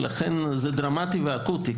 לכן זה דרמטי ואקוטי.